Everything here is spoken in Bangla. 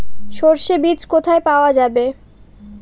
সর্ষে বিজ কোথায় পাওয়া যাবে?